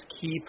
keep